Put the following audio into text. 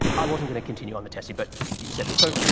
i wasn't gonna continue on the testing, but you said it, so.